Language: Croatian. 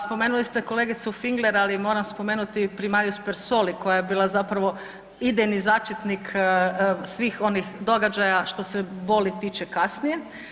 Spomenuli ste kolegicu Fingler, ali moram spomenuti primarius Persoli koja je bila zapravo idejni začetnik svih onih događaja što se boli tiče kasnije.